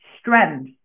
strength